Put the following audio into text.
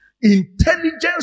Intelligence